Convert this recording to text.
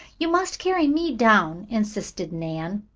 you must carry me down, insisted nan.